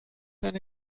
eine